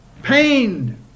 pained